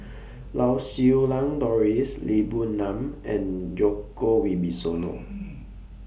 Lau Siew Lang Doris Lee Boon Ngan and Djoko Wibisono